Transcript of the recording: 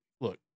look